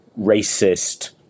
racist